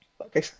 okay